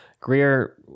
greer